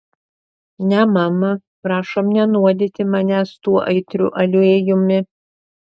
ne mama prašom nenuodyti manęs tuo aitriu aliejumi